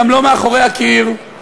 גם לא מאחורי הקיר.